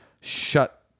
shut